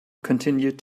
continued